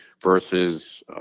versus